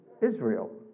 Israel